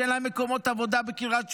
שאין מקומות עבודה בקריית שמונה,